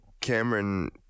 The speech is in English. Cameron